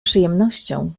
przyjemnością